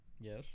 Yes